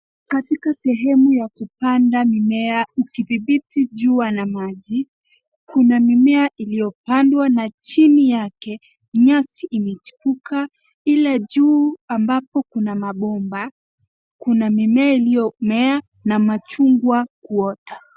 Katika sehemu ya kupanda mimea kudhibiti jua na maji kuna mimea iliyopandwa na chini yake nyasi imechipuka ile juu ambapo kuna mabomba kuna mimea iliyomea na machungwa kuota.